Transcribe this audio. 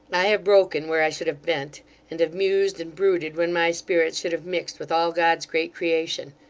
i have broken where i should have bent and have mused and brooded, when my spirit should have mixed with all god's great creation.